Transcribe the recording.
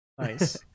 nice